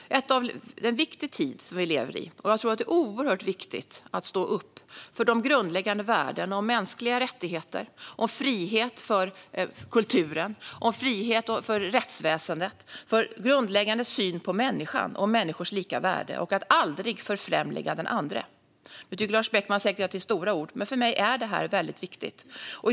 Vi lever i en viktig tid, och jag tror att det är oerhört viktigt att stå upp för grundläggande värden om mänskliga rättigheter, om frihet för kulturen, om frihet för rättsväsendet och för en grundläggande syn på människan och människors lika värde. Vi ska aldrig förfrämliga den andre. Nu tycker Lars Beckman säkert att det är stora ord, men för mig är detta väldigt viktigt.